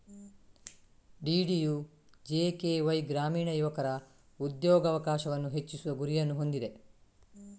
DDUJKY ಗ್ರಾಮೀಣ ಯುವಕರ ಉದ್ಯೋಗಾವಕಾಶವನ್ನು ಹೆಚ್ಚಿಸುವ ಗುರಿಯನ್ನು ಹೊಂದಿದೆ